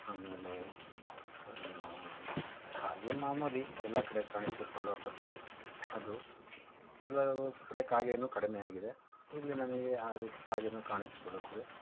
ಆಮೇಲೆ ಕಾಗೆ ಮಾಮೂಲಿ ಎಲ್ಲ ಕಡೆ ಕಾಣಿಸಿಕೊಳ್ಳುವ ಪಕ್ಷಿ ಅದು ಕೆಲವು ಕಡೆ ಕಾಗೇನೂ ಕಡಿಮೆ ಆಗಿದೆ ಇಲ್ಲಿ ನಮಗೆ ಆ ರೀತಿ ಕಾಗೇನೂ ಕಾಣಿಸಿಕೊಳ್ಳುತ್ತದೆ